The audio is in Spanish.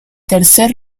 tercer